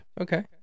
Okay